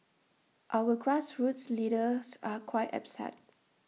our grassroots leaders are quite upset